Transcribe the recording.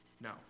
No